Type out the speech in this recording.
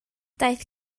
daeth